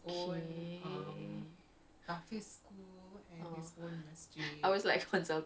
oh !wow! mesti of course